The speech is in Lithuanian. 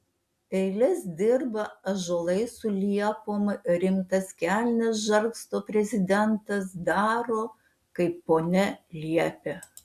eiles dirba ąžuolai su liepom ritmas kelnes žargsto prezidentas daro kaip ponia liepia